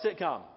sitcom